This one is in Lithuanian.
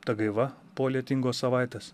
ta gaiva po lietingos savaitės